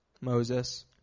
Moses